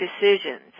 decisions